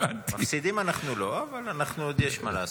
מפסידים אנחנו לא, אבל יש עוד מה לעשות.